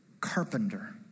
carpenter